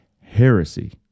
heresy